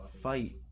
fight